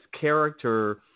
character